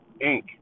Inc